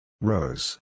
Rose